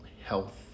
health